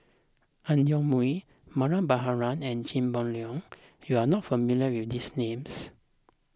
Ang Yoke Mooi Mariam Baharom and Chia Boon Leong you are not familiar with these names